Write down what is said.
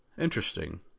interesting